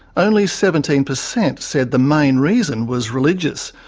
only seventeen per cent said the main reason was religious.